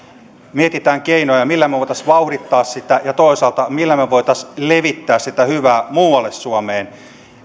mietitään keinoja millä me voisimme vauhdittaa sitä ja toisaalta millä me voisimme levittää sitä hyvää muualle suomeen